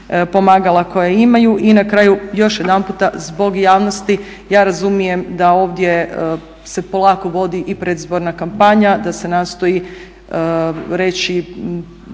pomagala koje imaju. I na kraju još jedanput zbog javnosti ja razumijem da ovdje se polako vodi i predizborna kampanja, da se nastoji reći